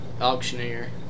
auctioneer